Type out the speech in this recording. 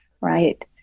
Right